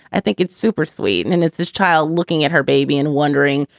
i think it's super sweet. and and it's this child looking at her baby and wondering,